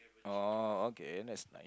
oh okay that's nice